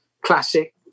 classic